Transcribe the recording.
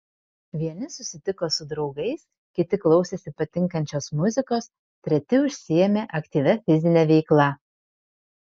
vieni susitiko su draugais kiti klausėsi patinkančios muzikos treti užsiėmė aktyvia fizine veikla